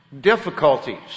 difficulties